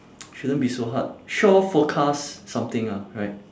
shouldn't be so hard shore forecast something ah right